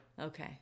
Okay